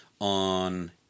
on